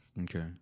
okay